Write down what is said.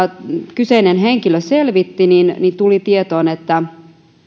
kyseinen henkilö asiaa selvitti tuli tietoon että